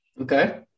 Okay